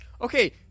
Okay